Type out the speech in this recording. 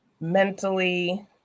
mentally